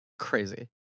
crazy